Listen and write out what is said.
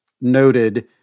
Noted